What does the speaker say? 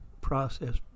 process